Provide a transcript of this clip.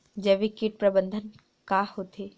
जैविक कीट प्रबंधन का होथे?